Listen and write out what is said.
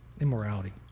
immorality